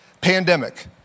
pandemic